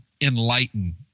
enlighten